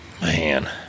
Man